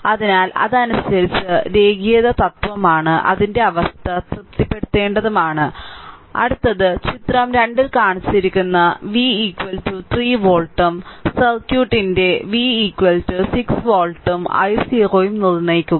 അതിനാൽ അത് അനുസരിച്ച് രേഖീയത തത്വമാണ് അതിന്റെ അവസ്ഥ തൃപ്തിപ്പെടുത്തേണ്ടതുമാണ് അടുത്തത് ചിത്രം 2 ൽ കാണിച്ചിരിക്കുന്ന v 3 വോൾട്ടും സർക്യൂട്ടിന്റെ v 6 വോൾട്ടും i0 നിർണ്ണയിക്കുക